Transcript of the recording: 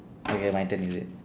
okay my turn is it